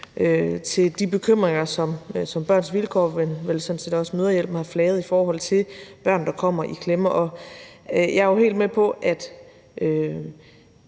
til de bekymringer, som Børns Vilkår, men vel sådan set også Mødrehjælpen, har flaget i forhold til børn, der kommer i klemme. Jeg er jo helt med på, at